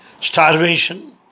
starvation